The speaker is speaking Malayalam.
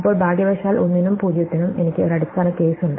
ഇപ്പോൾ ഭാഗ്യവശാൽ 1 നും 0 നും എനിക്ക് ഒരു അടിസ്ഥാന കേസ് ഉണ്ട്